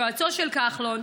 יועצו של כחלון,